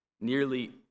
Nearly